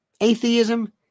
atheism